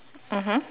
mmhmm